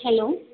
hello